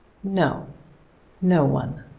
no no one.